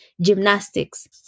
gymnastics